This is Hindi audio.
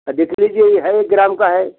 हाँ देख लीजिए ये है एक ग्राम का है